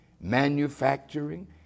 manufacturing